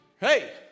Hey